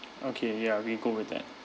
okay ya we go with that